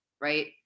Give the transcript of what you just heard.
right